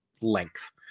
length